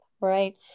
Right